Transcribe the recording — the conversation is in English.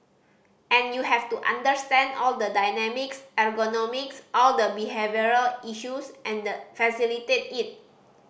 and you have to understand all the dynamics ergonomics all the behavioural issues and facilitate it